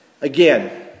Again